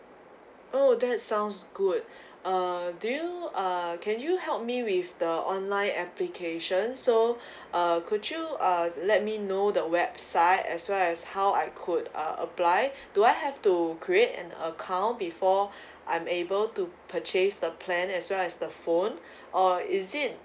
oh that sounds good uh do you uh can you help me with the online application so uh could you uh let me know the website as well as how I could uh apply do I have to create an account before I'm able to purchase the plan as well as the phone or is it